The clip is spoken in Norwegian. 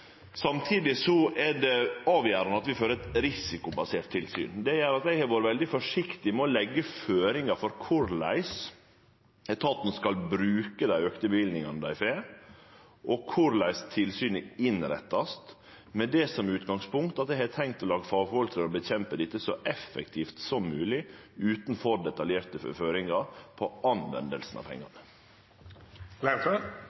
Samtidig er det avgjerande at vi får eit risikobasert tilsyn. Det gjer at eg har vore veldig forsiktig med å leggje føringar for korleis etaten skal bruke dei auka løyvingane dei får, og korleis tilsynet vert innretta, med det som utgangspunkt at eg har tenkt å la fagfolk få kjempe mot dette så effektivt som mogleg, utan for detaljerte føringar på bruken av pengane.